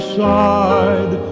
side